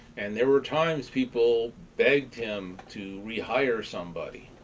and there were times people begged him to rehire somebody,